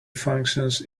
functions